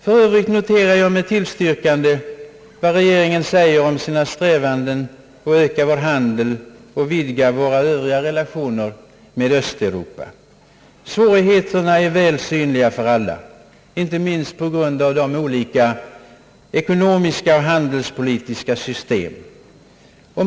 För övrigt noterar jag med tillstyrkande vad regeringen säger om sina strävanden att öka vår handel och vidga våra Övriga relationer med Östeuropa. Svårigheterna är betydande och väl synliga för alla, inte minst på grund av våra olika ekonomiska och handelspolitiska system.